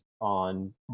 on